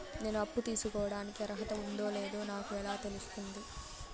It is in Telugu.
నేను అప్పు తీసుకోడానికి అర్హత ఉందో లేదో నాకు ఎలా తెలుస్తుంది?